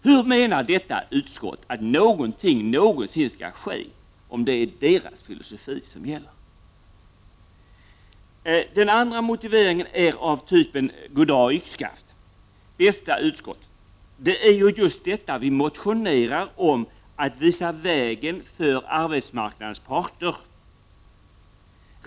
Hur menar utskottet att någonting någonsin skall ske om det är deras filosofi som gäller? Den andra motiveringen är av typ ”goddag-yxskaft”. Bästa utskott, det är ju just detta vi motionerar om, nämligen att visa vägen för arbetsmarknadens parter.